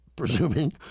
Presuming